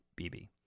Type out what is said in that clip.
bb